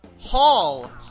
Hall